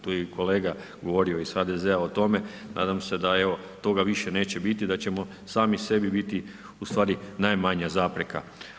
Tu je i kolega govorio iz HDZ-a o tome, nadam se, evo, toga više neće biti, da ćemo sami sebi biti u stvari najmanja zapreka.